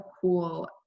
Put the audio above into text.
cool